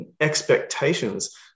expectations